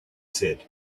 said